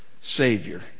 Savior